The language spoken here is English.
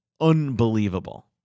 unbelievable